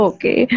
Okay